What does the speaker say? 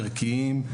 ערכיים.